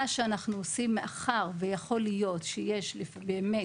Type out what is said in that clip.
מה שאנחנו עושים, מאחר ויכול להיות שיש באמת